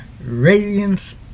Radiance